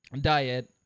diet